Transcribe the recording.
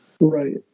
Right